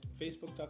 Facebook.com